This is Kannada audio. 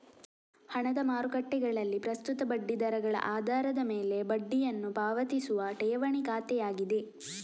ಹಣದ ಮಾರುಕಟ್ಟೆಗಳಲ್ಲಿ ಪ್ರಸ್ತುತ ಬಡ್ಡಿ ದರಗಳ ಆಧಾರದ ಮೇಲೆ ಬಡ್ಡಿಯನ್ನು ಪಾವತಿಸುವ ಠೇವಣಿ ಖಾತೆಯಾಗಿದೆ